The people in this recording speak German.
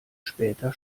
später